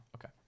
okay